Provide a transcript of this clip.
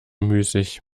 müßig